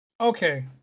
Okay